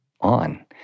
on